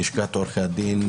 לשכת עורכי הדין,